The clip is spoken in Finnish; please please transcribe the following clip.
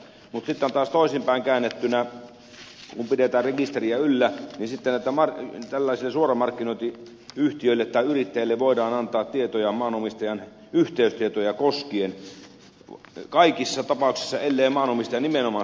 mutta sitten on taas toisin päin käännettynä niin että kun pidetään rekisteriä yllä sitten tällaisille suoramarkkinointiyhtiöille tai yrittäjille voidaan antaa tietoja maanomistajan yhteystietoja koskien kaikissa tapauksissa ellei maanomistaja nimenomaan sitä kiellä